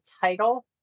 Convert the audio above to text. title